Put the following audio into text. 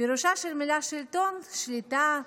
פירושה של המילה שלטון: שליטה,